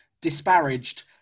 disparaged